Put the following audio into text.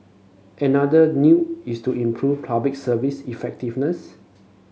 another is to improve Public Service effectiveness